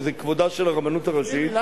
שזה כבודה של הרבנות הראשית --- תגיד לי,